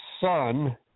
son